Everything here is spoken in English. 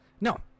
No